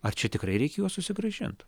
ar čia tikrai reikėia juos susigrąžint